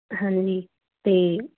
ਹਾਂਜੀ ਅਤੇ